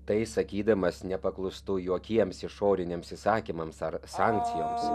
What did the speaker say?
tai sakydamas nepaklustu jokiems išoriniams įsakymams ar sankcijoms